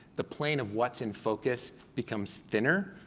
the plane of what's in focus becomes thinner,